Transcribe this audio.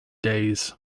days